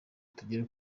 tugere